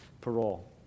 parole